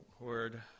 word